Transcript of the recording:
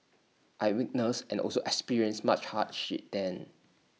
I witnessed and also experienced much hardship then